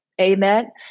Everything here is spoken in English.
Amen